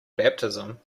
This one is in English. baptism